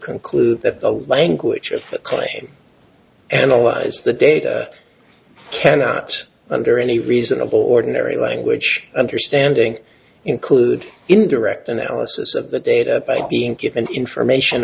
conclude that the language you claim analyze the data cannot under any reasonable ordinary language understanding include indirect analysis of the data being given information